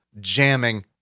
jamming